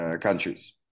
countries